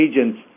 agents